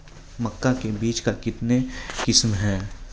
मक्का के बीज का कितने किसमें हैं?